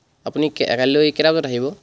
আপুনি কাইলৈ কেইটা বজাত আহিব